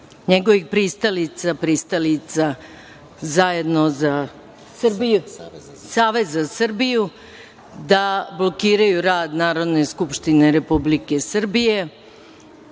njegovih pristalica, pristalica SZS, da blokiraju rad Narodne skupštine Republike Srbije,